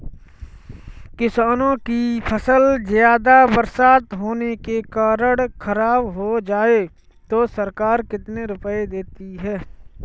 किसानों की फसल ज्यादा बरसात होने के कारण खराब हो जाए तो सरकार कितने रुपये देती है?